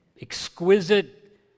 exquisite